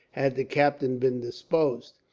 had the captain been disposed.